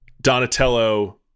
Donatello